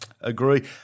Agree